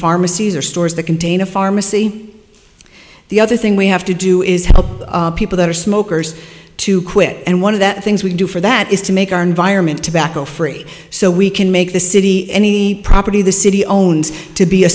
pharmacies or stores that contain a pharmacy the other thing we have to do is help people that are smokers to quit and one of the things we do for that is to make our environment tobacco free so we can make the city any property the city owns to be a